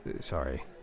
Sorry